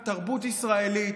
שבת ישראלית,